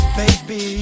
baby